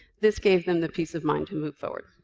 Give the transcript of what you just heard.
this gave them the peace of mind to move forward.